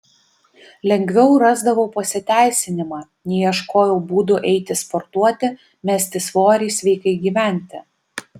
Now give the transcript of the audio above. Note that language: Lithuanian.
lengviau rasdavau pasiteisinimą nei ieškojau būdų eiti sportuoti mesti svorį sveikai gyventi